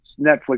Netflix